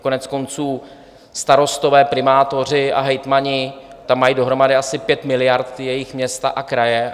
Koneckonců starostové, primátoři a hejtmani tam mají dohromady asi 5 miliard, ty jejich města a kraje.